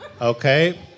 Okay